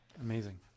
amazing